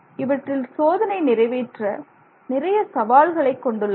இவற்றில் சோதனை நிறைவேற்ற நிறைய சவால்களை கொண்டுள்ளன